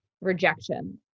rejection